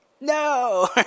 No